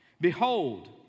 Behold